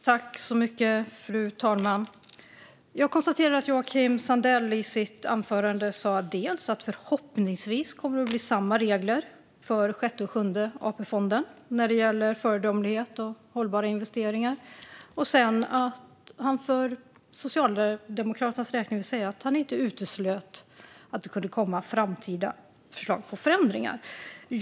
Fru talman! Joakim Sandell sa i sitt anförande dels att det förhoppningsvis kommer att bli samma regler för Sjätte och Sjunde AP-fonden när det gäller föredömlighet och hållbara investeringar, dels att han för Socialdemokraternas räkning inte utesluter att det kan komma framtida förslag till förändringar.